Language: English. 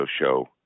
show